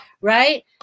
right